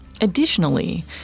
Additionally